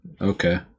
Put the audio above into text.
Okay